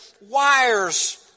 wires